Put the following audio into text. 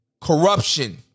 Corruption